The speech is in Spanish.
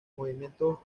movimientos